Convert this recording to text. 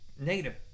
negative